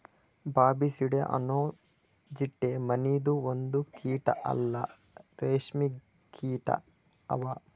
Bombycidae ಅನೊ ಚಿಟ್ಟೆ ಮನಿದು ಒಂದು ಕೀಟ ಇಲ್ಲಾ ರೇಷ್ಮೆ ಕೀಟ ಅವಾ